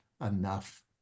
enough